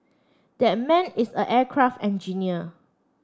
that man is an aircraft engineer